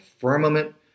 firmament